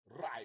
Right